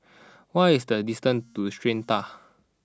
what is the distance to Strata